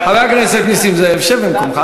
אם היא מוכנה לתת לי לדבר במקומה,